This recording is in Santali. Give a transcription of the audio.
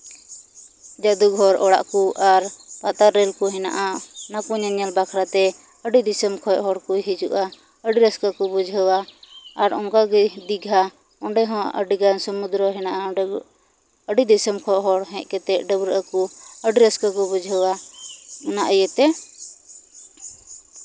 ᱡᱟᱫᱩᱜᱷᱚᱨ ᱚᱲᱟᱜ ᱠᱚ ᱟᱨ ᱯᱟᱛᱟᱞ ᱨᱮᱹᱞ ᱠᱚ ᱦᱮᱱᱟᱜᱼᱟ ᱚᱱᱟ ᱠᱚ ᱧᱮᱧᱮᱞ ᱵᱟᱠᱷᱨᱟ ᱛᱮ ᱟᱹᱰᱤ ᱫᱤᱥᱚᱢ ᱠᱷᱚᱱ ᱦᱚᱲ ᱠᱚ ᱦᱤᱡᱩᱜᱼᱟ ᱟᱹᱰᱤ ᱨᱟᱹᱥᱠᱟᱹ ᱠᱚ ᱵᱩᱡᱷᱟᱹᱣᱟ ᱟᱨ ᱚᱝᱠᱟ ᱜᱮ ᱫᱤᱜᱷᱟ ᱚᱸᱰᱮ ᱦᱚᱸ ᱟᱹᱰᱤᱜᱟᱱ ᱥᱚᱢᱩᱫᱨᱚ ᱦᱮᱱᱟᱜᱼᱟ ᱚᱸᱰᱮ ᱟᱹᱰᱤ ᱫᱤᱥᱚᱢ ᱠᱷᱚᱱ ᱦᱚᱲ ᱦᱮᱡ ᱠᱟᱛᱮᱫ ᱰᱟᱹᱵᱽᱨᱟᱹᱜᱼᱟ ᱠᱚ ᱟᱹᱰᱤ ᱨᱟᱹᱥᱠᱟᱹ ᱠᱚ ᱵᱩᱡᱷᱟᱹᱣᱟ ᱚᱱᱟ ᱤᱭᱟᱹ ᱛᱮ